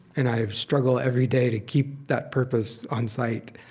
and i struggle every day to keep that purpose on sight.